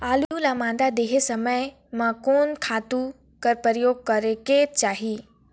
आलू ल मादा देहे समय म कोन से खातु कर प्रयोग करेके चाही?